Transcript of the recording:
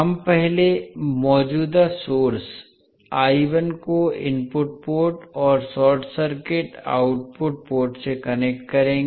हम पहले मौजूदा सोर्स को इनपुट पोर्ट और शॉर्ट सर्किट आउटपुट पोर्ट से कनेक्ट करेंगे